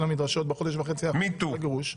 המדרשות בחודש וחצי האחרונים של הגירוש.